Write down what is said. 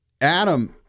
Adam